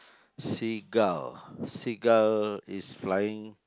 seagull seagull is flying